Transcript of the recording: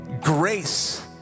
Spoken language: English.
grace